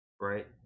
right